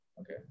Okay